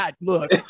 Look